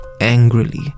angrily